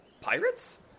pirates